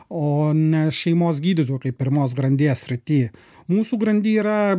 o ne šeimos gydytoju kaip pirmos grandies srity mūsų grandy yra